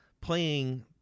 playing